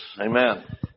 Amen